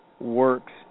works